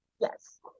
Yes